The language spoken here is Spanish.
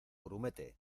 grumete